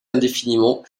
indéfiniment